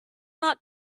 not